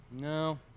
No